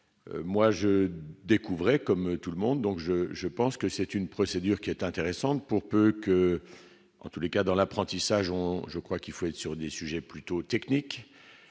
moi je découvrais comme tout le monde, donc je, je pense que c'est une procédure qui est intéressante pour peu que en tous les cas dans l'apprentissage on je crois qu'il faut être sur des sujets plutôt technique